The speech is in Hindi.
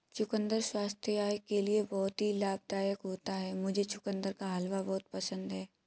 चुकंदर स्वास्थ्य के लिए बहुत ही लाभदायक होता है मुझे चुकंदर का हलवा बहुत पसंद है